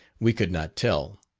we could not tell.